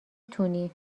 تونی